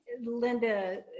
linda